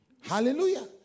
Hallelujah